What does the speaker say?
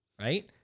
Right